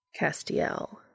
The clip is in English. Castiel